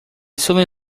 sullen